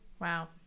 wow